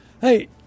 hey